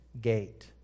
gate